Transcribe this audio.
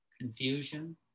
confusion